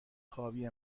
خوابی